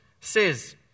says